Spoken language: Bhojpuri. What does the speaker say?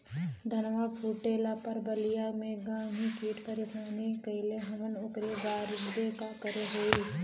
धनवा फूटले पर बलिया में गान्ही कीट परेशान कइले हवन ओकरे बदे का करे होई?